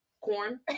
Corn